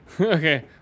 Okay